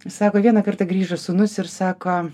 sako vieną kartą grįžo sūnus ir sako